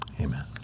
Amen